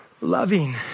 loving